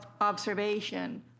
observation